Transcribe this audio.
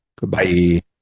Goodbye